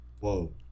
Whoa